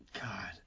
God